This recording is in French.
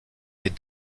les